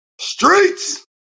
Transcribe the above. Streets